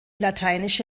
lateinische